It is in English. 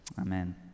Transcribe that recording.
Amen